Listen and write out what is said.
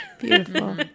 Beautiful